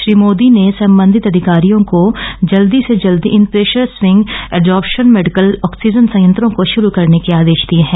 श्री मोदी ने संबंधित अधिकारियों को जल्दी से जल्दी इन pressure swing adsorption medical oxygen संयंत्रों को शुरू करने के आदेश दिए हैं